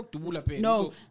No